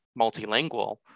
multilingual